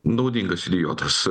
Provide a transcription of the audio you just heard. naudingas idiotas